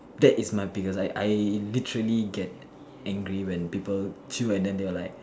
that is my biggest I I literally get angry when people chew and then they are like